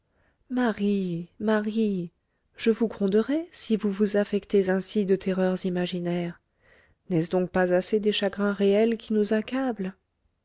marie marie je vous gronderai si vous vous affectez ainsi de terreurs imaginaires n'est-ce donc pas assez des chagrins réels qui nous accablent